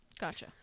Gotcha